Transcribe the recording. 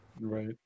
Right